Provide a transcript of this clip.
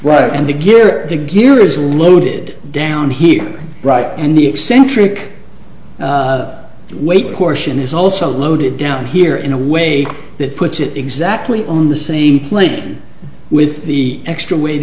right and begin to gear is loaded down here right and the eccentric weight portion is also loaded down here in a way that puts it exactly on the same plane with the extra weight